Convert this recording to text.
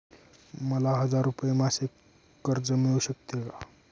मला हजार रुपये मासिक कर्ज मिळू शकते का?